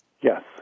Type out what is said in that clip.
Yes